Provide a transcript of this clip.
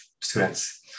students